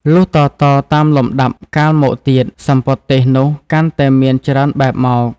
លុះតៗតាមលំដាប់កាលមកទៀត សំពត់ទេសនោះកាន់តែមាន ច្រើនបែបមក។